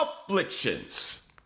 afflictions